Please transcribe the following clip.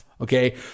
Okay